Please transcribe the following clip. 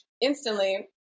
instantly